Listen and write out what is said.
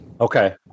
Okay